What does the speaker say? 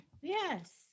Yes